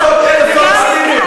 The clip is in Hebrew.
300,000 פלסטינים,